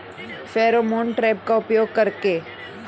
Pheromone trap का उपयोग कर के?